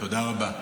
תודה רבה.